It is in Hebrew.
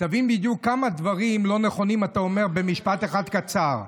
שתבין בדיוק כמה דברים לא נכונים אתה אומר במשפט אחד קצר.